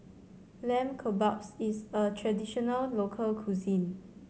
Lamb Kebabs is a traditional local cuisine